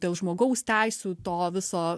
dėl žmogaus teisių to viso